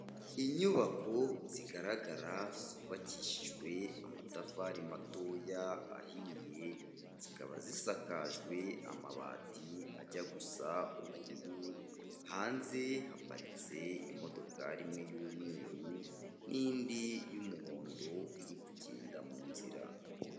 Inyubako zigaragara zubakishijwe amatafari matoya ahiye, zikaba zisakajwe amabati ajya gusa ubururu, hanze haparitse imodoka rimwe y'umweru n'indi y'umuhondo iri kugenda mu nzira.